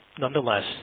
nonetheless